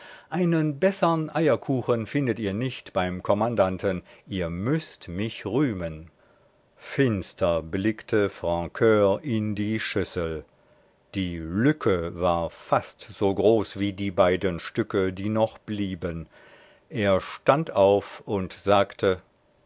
einen bessern eierkuchen findet ihr nicht beim kommandanten ihr müßt mich rühmen finster blickte francur in die schüssel die lücke war fast so groß wie die beiden stücke die noch blieben er stand auf und sagte